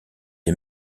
les